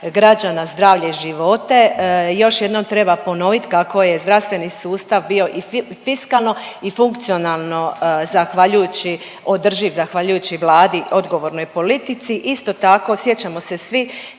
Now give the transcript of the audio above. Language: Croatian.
građana, zdravlje, živote. Još jednom treba ponoviti kako je zdravstveni sustav bio i fiskalno i funkcionalno zahvaljujući održiv, zahvaljujući Vladi, odgovornoj politici. Isto tako, sjećamo se svi